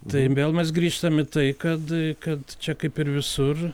tai vėl mes grįžtam į tai kad kad čia kaip ir visur